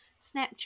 Snapchat